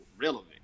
relevant